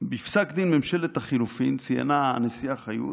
בפסק דין ממשלת החילופים ציינה הנשיאה חיות